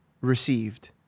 received